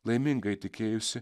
laiminga įtikėjusi